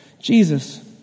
Jesus